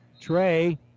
Trey